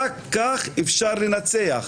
רק כך אפשר לנצח.